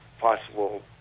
possible